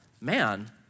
man